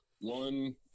One